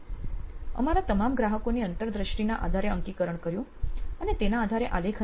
અમારા તમામ ગ્રાહકોની આંતરદ્રષ્ટિ ના આધારે અંકીકરણ કર્યું અને તેના આધારે આલેખન કર્યું